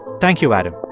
thank you, adam.